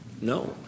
No